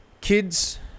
kids